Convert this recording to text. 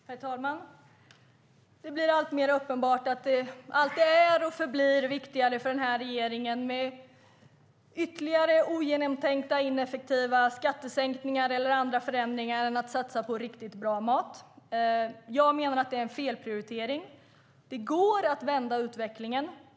Herr talman! Det blir alltmer uppenbart att det alltid är och förblir viktigare för regeringen med ytterligare ogenomtänkta och ineffektiva skattesänkningar eller andra förändringar än att satsa på riktigt bra mat. Jag menar att det är en felprioritering. Det går att vända utvecklingen.